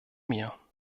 mir